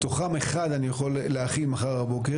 מתוכם אחד אני יכול להחיל מחר בבוקר,